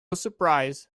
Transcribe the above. surprise